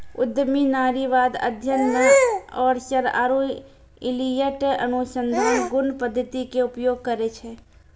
उद्यमी नारीवाद अध्ययन मे ओरसर आरु इलियट अनुसंधान गुण पद्धति के उपयोग करै छै